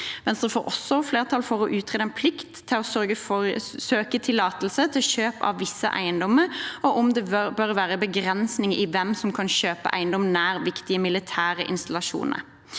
Venstre får flertall for å utrede en plikt til å søke tillatelse til kjøp av visse eiendommer og om det bør være begrensninger i hvem som kan kjøpe eiendom nær viktige militære installasjoner.